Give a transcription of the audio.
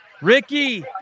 Ricky